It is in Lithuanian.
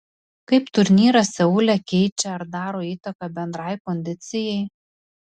kaip turnyras seule keičia ar daro įtaką bendrai kondicijai